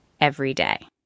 EVERYDAY